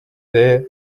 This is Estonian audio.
tee